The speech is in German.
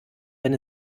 wenn